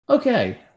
Okay